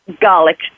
garlic